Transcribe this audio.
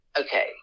okay